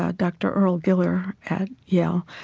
ah dr. earl giller at yale,